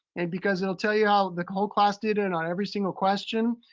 and because it'll tell you how the whole class did and on every single question.